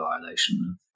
violation